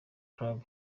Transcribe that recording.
club